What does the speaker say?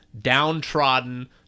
downtrodden